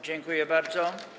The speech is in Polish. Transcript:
Dziękuję bardzo.